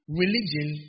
religion